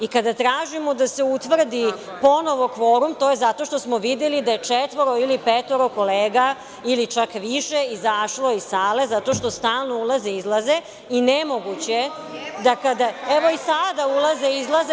I kada tražimo da se utvrdi ponovo kvorum, to je zato što smo videli da je četvoro ili petoro kolega, ili čak više izašlo iz sale, zato što stalno ulaze i izlaze i nemoguće je da kada, evo i sada ulaze i izlaze.